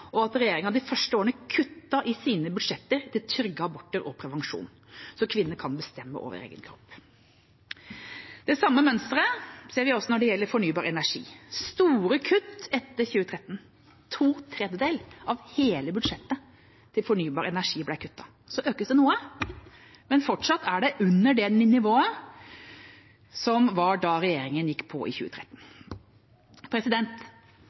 og at regjeringa de første årene kuttet i sine budsjetter til trygge aborter og prevensjon, slik at kvinner kan bestemme over egen kropp. Det samme mønsteret ser vi også når det gjelder fornybar energi – store kutt etter 2013. To tredjedeler av hele budsjettet til fornybar energi ble kuttet. Så økes det noe, men fortsatt er det under det nivået som var da regjeringa gikk på i 2013.